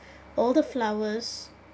all the flowers